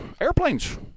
airplanes